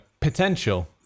potential